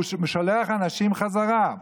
הוא משלח אנשים חזרה,